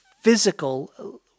physical